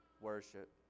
worship